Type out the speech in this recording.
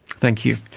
thank you.